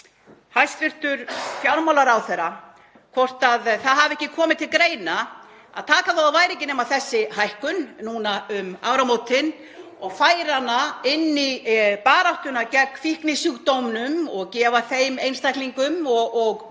hæstv. fjármálaráðherra, hvort það hafi ekki komið til greina að taka þó það væri ekki nema þessa hækkun núna um áramótin og færa hana inn í baráttuna gegn fíknisjúkdómnum og gefa þeim einstaklingum og